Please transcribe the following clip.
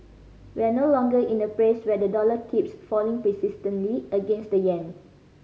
we're no longer in a phase where the dollar keeps falling persistently against the yen